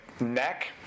neck